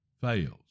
fails